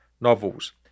novels